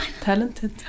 talented